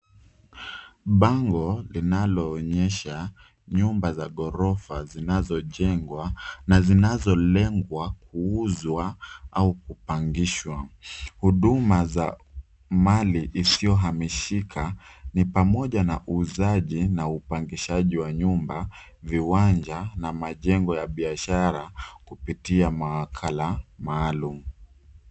Bango linaloonyesha nyumba za ghorofa zinazojengwa na zinazolengwa kuuzwa au kupangishwa. Huduma za mali isiyohamishika ni pamoja na uuzaji na upangishaji wa nyumba, viwanja, na majengo ya biashara kupitia mawakala maalum.